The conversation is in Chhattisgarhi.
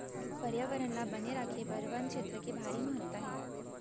परयाबरन ल बने राखे बर बन छेत्र के भारी महत्ता हे